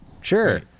Sure